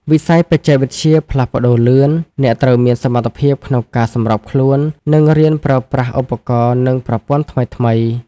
វិស័យបច្ចេកវិទ្យាផ្លាស់ប្តូរលឿន អ្នកត្រូវមានសមត្ថភាពក្នុងការសម្របខ្លួន និងរៀនប្រើប្រាស់ឧបករណ៍ និងប្រព័ន្ធថ្មីៗ។